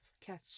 catch